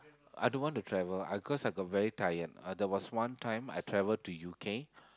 I don't want to travel I cause I got very tired there was one time I travelled to U kay